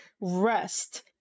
rest